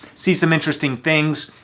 see some interesting things.